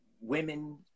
women